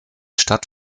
stadt